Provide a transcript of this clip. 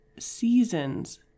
seasons